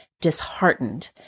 disheartened